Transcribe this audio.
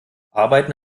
arbeiten